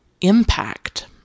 impact